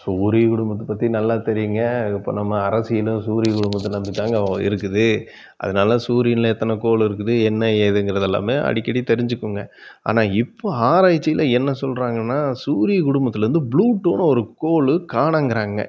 சூரிய குடும்பத்தை பத்தி நல்லா தெரியுங்க இப்போ நம்ம அரசியல் சூரிய குடும்பத்தை நம்பிதாங்க இருக்குது அதனால் சூரியனில் எத்தனை கோள் இருக்குது என்ன ஏதுங்குறதெல்லாமே அடிக்கடி தெரிஞ்சுக்கோங்க ஆனால் இப்போது ஆராய்ச்சியில் என்ன சொல்கிறாங்கன்னா சூரிய குடும்பத்திலேருந்து ப்ளூட்டோனு ஒரு கோள் காணுங்கிறாங்க